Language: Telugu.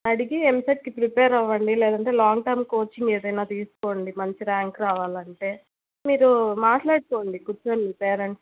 అడిగి ఎంసెట్కి ప్రిపేర్ అవ్వండి లేదంటే లాంగ్టర్మ్ కోచింగ్ ఏదన్న తీసుకోండి మంచి ర్యాంక్ రావాలంటే మీరు మాట్లాడుకోండి కుర్చోని మీ పేరెంట్స్తో